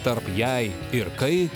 tarp jei ir kai